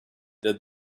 that